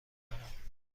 دارم